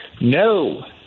No